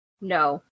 No